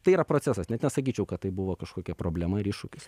tai yra procesas net nesakyčiau kad tai buvo kažkokia problema ir iššūkis